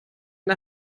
der